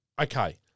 Okay